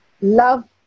love